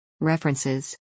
References